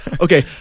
Okay